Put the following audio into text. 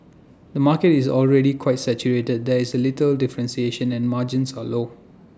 the market is already quite saturated there is A little differentiation and margins are low